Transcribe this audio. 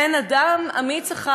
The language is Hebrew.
אין אדם אמיץ אחד,